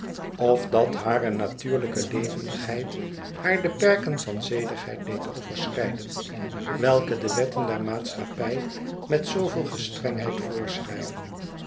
of dat hare natuurlyke levendigheid haar de perken van zedigheid deed overschrijden welke de wetten der maatschappij met zooveel gestrengheid voorschrijven